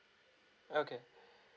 okay